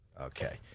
Okay